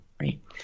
right